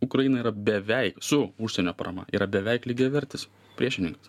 ukraina yra beveik su užsienio parama yra beveik lygiavertis priešininkas